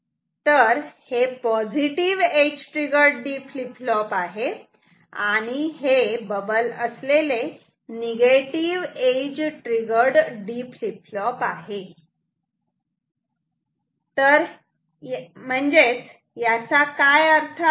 तर हे positive edge triggered D flip flop आहे आणि हे negative edge triggered D flip flop आहे म्हणजेच याचा अर्थ काय आहे